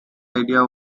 idea